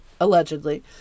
Allegedly